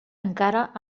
encara